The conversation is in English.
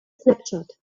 snapshot